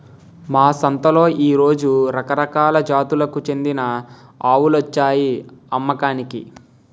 మా సంతలో ఈ రోజు రకరకాల జాతులకు చెందిన ఆవులొచ్చాయి అమ్మకానికి